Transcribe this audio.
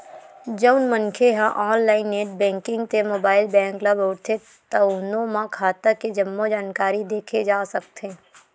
जउन मनखे ह ऑनलाईन नेट बेंकिंग ते मोबाईल बेंकिंग ल बउरथे तउनो म खाता के जम्मो जानकारी देखे जा सकथे